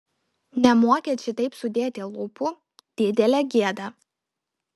nemokėt šitaip sudėti lūpų didelė gėda